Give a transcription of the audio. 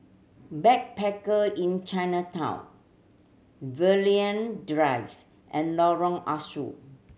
Backpacker Inn Chinatown Drive and Lorong Ah Soo